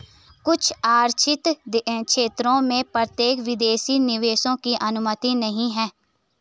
कुछ आरक्षित क्षेत्रों में प्रत्यक्ष विदेशी निवेश की अनुमति नहीं है